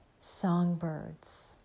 songbirds